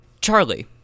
Charlie